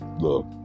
look